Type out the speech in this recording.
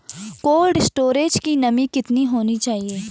Cold storage की नमी कितनी होनी चाहिए?